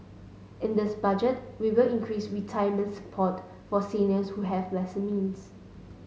in this Budget we will increase retirement support for seniors who have lesser means